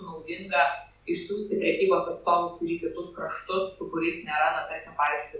naudinga išsiųsti prekybos atstovus ir į kitus kraštus su kuriais nėra na tarkim pavyzdžiui